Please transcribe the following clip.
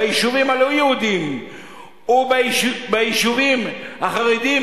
ביישובים הלא-יהודיים וביישובים החרדיים,